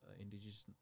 indigenous